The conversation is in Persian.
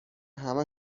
همه